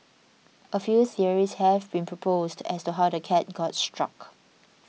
a few theories have been proposed as to how the cat got struck